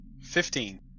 Fifteen